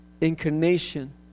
incarnation